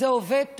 זה עובד טוב,